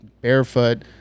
barefoot